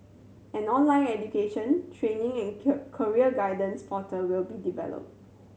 an online education training and career guidance portal will be developed